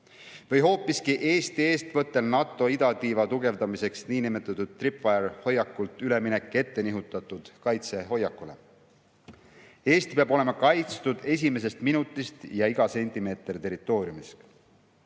Või hoopiski Eesti eestvõttel NATO idatiiva tugevdamiseks niinimetatudtripwire' hoiakult üleminek ettenihutatud kaitse hoiakule. Eesti peab olema kaitstud esimesest minutist, iga sentimeeter meie territooriumist.